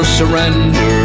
surrender